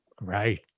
Right